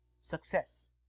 success